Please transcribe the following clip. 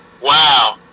Wow